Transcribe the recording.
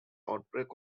outbreak